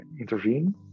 intervene